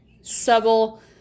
subtle